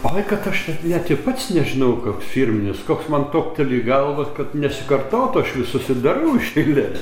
oi kad aš net ir pats nežinau koks firminis koks man topteli į galvą kad nesikartotų aš visus ir darau iš eilės